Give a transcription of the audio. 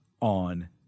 on